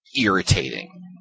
irritating